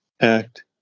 act